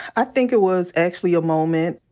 i think it was actually a moment.